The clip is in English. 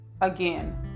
again